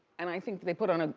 and i think they put on a,